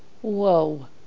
Whoa